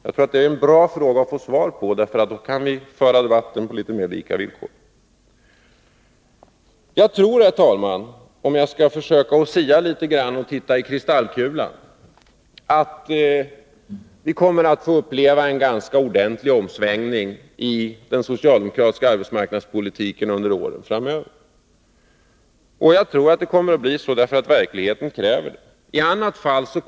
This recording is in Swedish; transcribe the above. Om jag försöker sia om framtiden, herr talman, tror jag att vi kommer att få uppleva en ganska ordentlig omsvängning i den socialdemokratiska arbetsmarknadspolitiken under åren framöver. Jag tror det därför att verkligheten kräver detta.